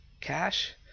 cash